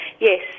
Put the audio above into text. yes